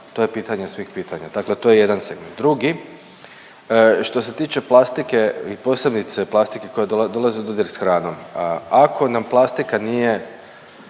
to je pitanje svih pitanja, dakle to je jedan segment. Drugi, što se tiče plastike i posebice plastike koja dolazi u dodir s hranom, ako nam plastika nije